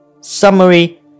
Summary